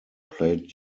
played